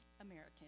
American